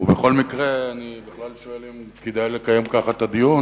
ובכל מקרה אני בכלל שואל אם כדאי לקיים ככה את הדיון,